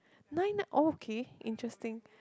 nine oh okay interesting